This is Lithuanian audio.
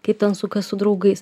kaip ten su ką su draugais